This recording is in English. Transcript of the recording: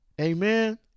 Amen